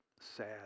sad